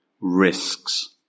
risks